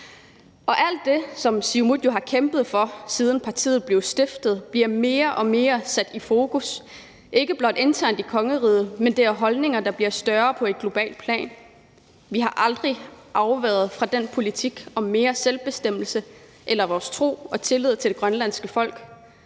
Alt det, som Siumut jo har kæmpet for, siden partiet blev stiftet, bliver mere og mere sat i fokus og ikke blot internt i kongeriget; det er holdninger, der bliver større på et globalt plan. Vi har aldrig afveget fra den politik om mere selvbestemmelse eller vores tro på og tillid til det grønlandske folk.